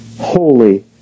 Holy